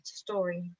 story